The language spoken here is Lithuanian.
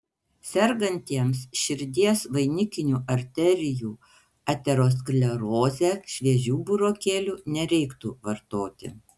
sergantiems širdies vainikinių arterijų ateroskleroze šviežių burokėlių nereiktų vartoti